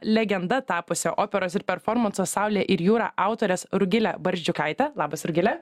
legenda tapusią operos ir performanso saulė ir jūra autores rugilė barzdžiukaitė labas rugile